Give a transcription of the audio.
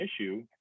issue